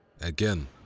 Again